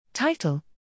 Title